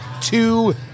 two